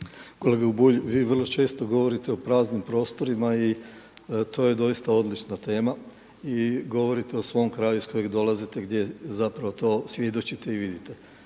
Kolega Bulj, vi vrlo često govorite o praznim prostorima i to je doista odlična tema i govorite o svom kraju iz kojeg dolazite gdje zapravo to svjedočite i vidite.